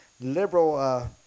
liberal